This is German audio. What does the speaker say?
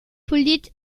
poliert